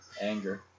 Anger